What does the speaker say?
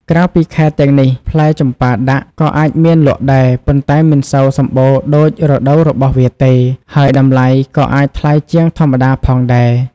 ក្រៅពីខែទាំងនេះ ផ្លែចម្ប៉ាដាក់ក៏អាចមានលក់ដែរ ប៉ុន្តែមិនសូវសម្បូរដូចរដូវរបស់វាទេ ហើយតម្លៃក៏អាចថ្លៃជាងធម្មតាផងដែរ។